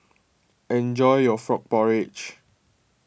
enjoy your Frog Porridge